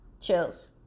chills